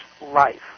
life